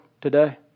today